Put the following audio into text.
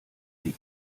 die